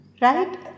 Right